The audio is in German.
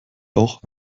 auch